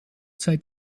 seit